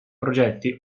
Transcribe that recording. progetti